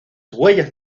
huellas